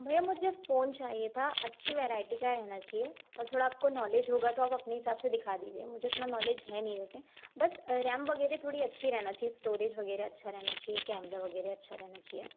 भैया मुझे एक फ़ोन चाहिए था अच्छी वेराइटी का रहना चाहिए और थोड़ा आपको नॉलेज होगा तो आप अपने हिसाब से दिखा दीजिए मुझे इतना नॉलेज है नहीं वैसे बस रैम वगेरह थोड़ी अच्छी रहना चाहिए स्टॉरेज वगैरह अच्छा रहना चाहिए कैमरा वगैरह अच्छा रहना चाहिए